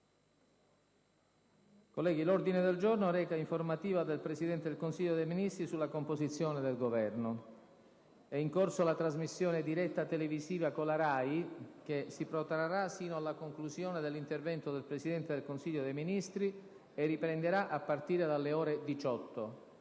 L'ordine del giorno reca: «Informativa del Presidente del Consiglio dei ministri sulla composizione del Governo». È in corso la trasmissione diretta televisiva con la RAI che si protrarrà sino alla conclusione dell'intervento del Presidente del Consiglio dei ministri e riprenderà a partire dalle ore 18.